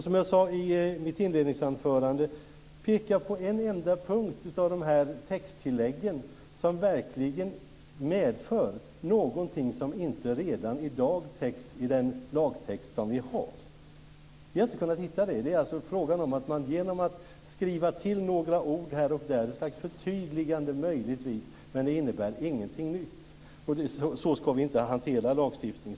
Som jag sade i mitt inledningsanförande: Peka på en enda punkt i de här texttilläggen som verkligen medför någonting som inte täcks av den lagtext som vi redan har! Vi har inte kunnat hitta något sådant. Det är fråga om att man skriver till några ord här och där, möjligtvis som ett slags förtydligande, men inte om någonting nytt. Så skall vi, som jag tidigare sade, inte hantera lagstiftning.